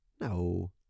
No